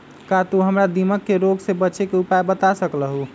का तू हमरा दीमक के रोग से बचे के उपाय बता सकलु ह?